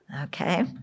Okay